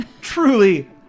truly